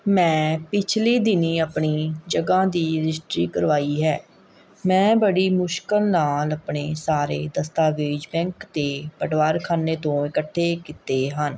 ਮੈਂ ਪਿਛਲੇ ਦਿਨੀਂ ਆਪਣੀ ਜਗ੍ਹਾ ਦੀ ਰਜਿਸਟਰੀ ਕਰਵਾਈ ਹੈ ਮੈਂ ਬੜੀ ਮੁਸ਼ਕਲ ਨਾਲ ਆਪਣੇ ਸਾਰੇ ਦਸਤਾਵੇਜ਼ ਬੈਂਕ ਅਤੇ ਪਟਵਾਰਖਾਨੇ ਤੋਂ ਇਕੱਠੇ ਕੀਤੇ ਹਨ